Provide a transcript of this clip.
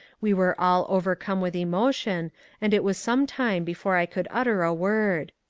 we were all over come with emotion and it was some time before i could utter a word.